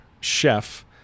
Chef